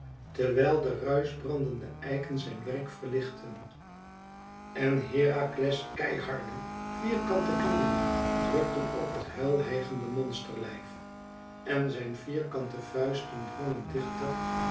terwijl de ruischbrandende eiken zijn werk verlichtten en herakles keiharde vierkante knieën drukten op het huilhijgende monsterlijf en zijn vierkante vuisten drongen dichter